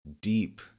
deep